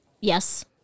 Yes